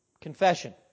confession